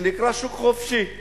שנקרא "שוק חופשי".